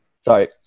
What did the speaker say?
sorry